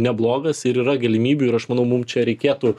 neblogas ir yra galimybių ir aš manau mum čia reikėtų